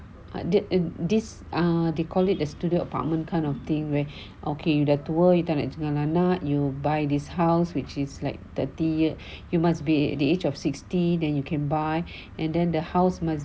I did in this ah they call it the studio apartment kind of thing where okay you dah tua you tak nak tinggal dengan anak you buy this house which is like thirty year you must be the age of sixty then you can buy and then the house must